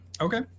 okay